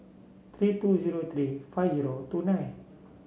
three two zero three five zero two nine